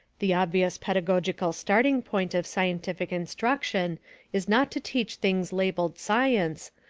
the obvious pedagogical starting point of scientific instruction is not to teach things labeled science,